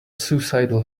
suicidal